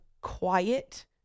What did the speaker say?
quiet